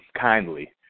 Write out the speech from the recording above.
kindly